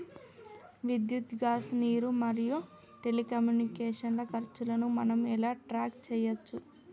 విద్యుత్ గ్యాస్ నీరు మరియు టెలికమ్యూనికేషన్ల ఖర్చులను మనం ఎలా ట్రాక్ చేయచ్చు?